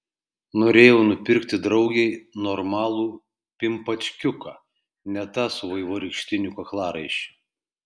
norėjau nupirkti draugei normalų pimpačkiuką ne tą su vaivorykštiniu kaklaraiščiu